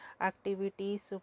activities